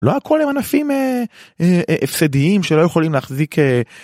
לא הכל הם ענפים הפסדיים שלא יכולים להחזיק.